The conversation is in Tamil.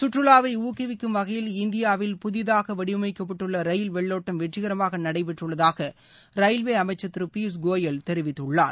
சுற்றுலாவை ஊக்குவிக்கும் வகையில் இந்தியாவில் புதிதாக வடிவமைக்கப்பட்டுள்ள ரயில் வெள்ளோட்டம் வெற்றிகரமாக நடைபெற்றுள்ளதாக ரயில்வே அமைச்சர் திரு பியூஷ் கோயல் தெரிவித்துள்ளார்